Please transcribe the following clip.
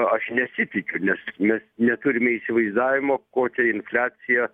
aš nesitikiu nes mes neturime įsivaizdavimo kokia infliacija